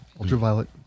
ultraviolet